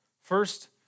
First